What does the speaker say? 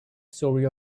story